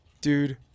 dude